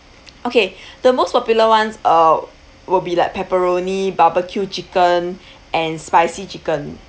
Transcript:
okay the most popular ones uh will be like pepperoni barbecue chicken and spicy chicken